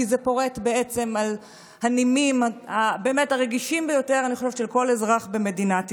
כי זה פורט על הנימים הרגישים ביותר של כל אזרח במדינת ישראל.